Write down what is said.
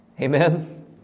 Amen